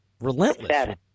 Relentless